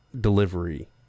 delivery